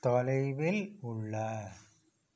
தொலைவில் உள்ள